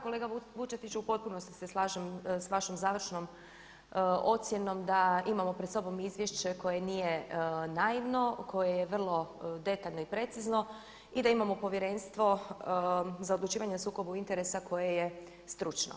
Kolega Vučetić u potpunosti se slažem sa vašom završnom ocjenom da imamo pred sobom izvješće koje nije naivno, koje je vrlo detaljno i precizno i da imamo Povjerenstvo za odlučivanje o sukobu interesa koje je stručno.